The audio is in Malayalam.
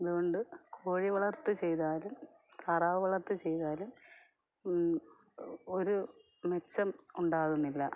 അതുകൊണ്ട് കോഴി വളർത്തൽ ചെയ്താലും താറാവ് വളർത്തൽ ചെയ്താലും ഒരു മെച്ചം ഉണ്ടാകുന്നില്ല